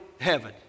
heaven